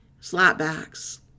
slapbacks